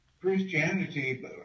Christianity